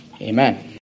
Amen